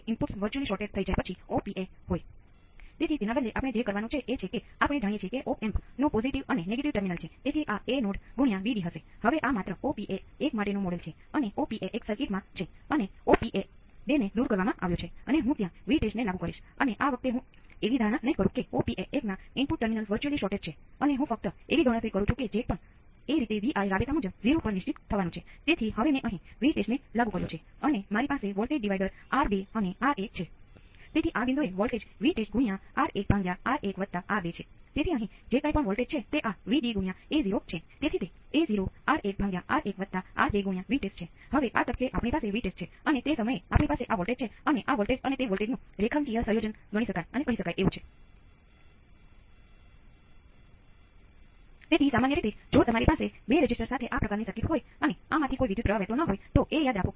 તેથી ફરીથી જે રીતે આ સમીકરણ લખવામાં આવ્યું છે એ રીતે આપણે આ ઉદાહરણમાંથી તેને t બરાબર 0 વાંચવું પડશે પણ તમને વિચાર આવે છે